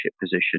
position